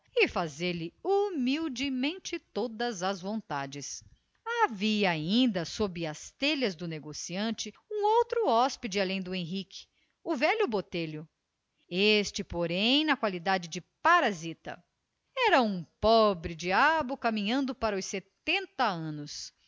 fazer-lhe humildemente todas as vontades havia ainda sob as telhas do negociante um outro hóspede além do henrique o velho botelho este porém na qualidade de parasita era um pobre-diabo caminhando para os setenta anos